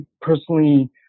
personally